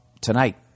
tonight